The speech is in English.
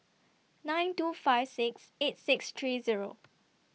nine two five six eight six three Zero